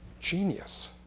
genius